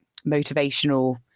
motivational